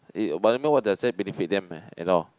it but don't know what does it benefit them eh at all